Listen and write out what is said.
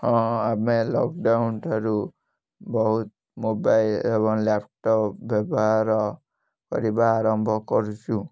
ହଁ ଆମେ ଲକ୍ଡ଼ାଉନ୍ ଠାରୁ ବହୁତ ମୋବାଇଲ୍ ଏବଂ ଲାପଟପ୍ ବ୍ୟବହାର କରିବା ଆରମ୍ଭ କରୁଛୁ